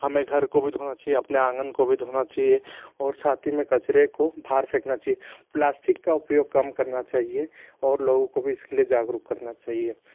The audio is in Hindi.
हमें घर को भी धोना चाहिए अपने आँगन को भी धोना चाहिए और साथ ही में कचड़े को बाहर फेकना चाहिए प्लास्टिक प्लास्टिक का उपयोग कम करना चाहिए और लोगों को भी इसके लिए जागरूक करना चाहिए